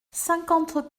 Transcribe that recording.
cinquante